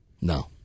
No